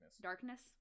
darkness